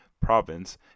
province